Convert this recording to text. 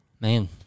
Man